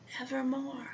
Evermore